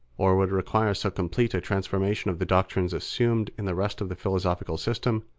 or would require so complete a transformation of the doctrines assumed in the rest of the philosophical system,